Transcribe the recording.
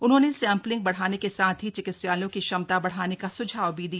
उन्होंने सैम्पलिंग बढ़ाने के साथ ही चिकित्सालयों की क्षमता भी बढ़ाने का सुझाव भी दिया